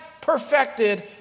perfected